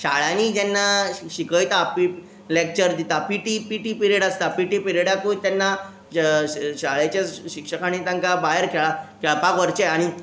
शाळांनी जेन्ना शि शिकयता पी लॅक्चर दिता पीटी पीटी पिरयड आसता पीटी पिरयडाकूय तेन्ना शाळेचे शिक्षकांनी तांकां भायर खेळा खेळपाक व्हरचें आनी